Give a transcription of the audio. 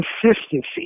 consistency